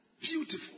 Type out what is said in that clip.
beautiful